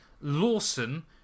Lawson